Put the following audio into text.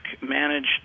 managed